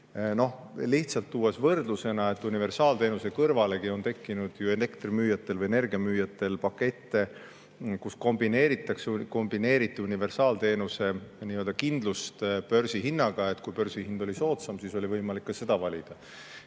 Lihtsalt võrdlusena, et universaalteenuse kõrvalegi tekkis elektrimüüjatel või energiamüüjatel pakette, kus kombineeriti universaalteenuse kindlust börsihinnaga. Kui börsihind oli soodsam, siis oli võimalik ka seda valida. Nii